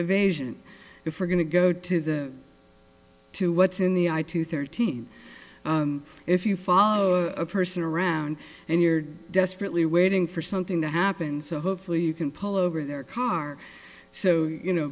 evasion if we're going to go to the to what's in the eye to thirteen if you follow a person around and you're desperately waiting for something to happen so hopefully you can pull over their car so you know